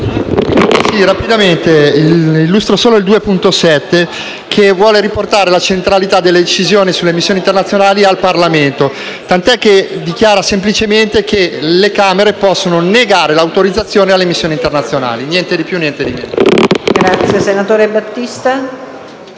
Presidente, illustro l’emendamento 2.7, che vuole riportare la centralitadelle decisioni sulle missioni internazionali al Parlamento, e dichiara semplicemente che le Camere possono negare l’autorizzazione alle missioni internazionali. Niente di piu e niente di meno.